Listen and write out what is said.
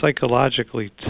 psychologically